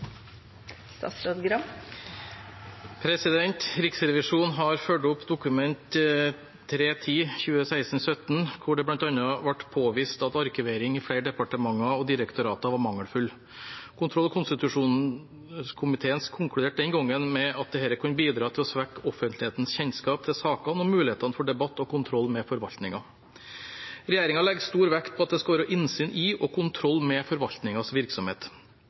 hvor det bl.a. ble påvist at arkiveringen i flere departementer og direktorater var mangelfull. Kontroll- og konstitusjonskomiteen konkluderte den gangen med at dette kunne bidra til å svekke offentlighetens kjennskap til sakene og mulighetene for debatt og kontroll med forvaltningen. Regjeringen legger stor vekt på at det skal være innsyn i og kontroll med forvaltningens virksomhet.